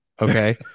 Okay